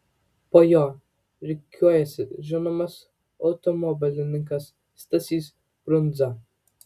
po jo rikiuojasi žinomas automobilininkas stasys brundza